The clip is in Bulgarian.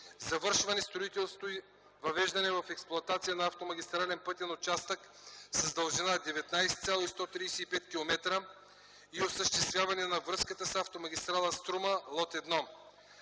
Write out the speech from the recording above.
завършване строителството и въвеждане в експлоатация на автомагистрален пътен участък с дължина 19,135 км и осъществяване на връзката с автомагистрала „Струма”, лот 1.